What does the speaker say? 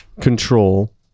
control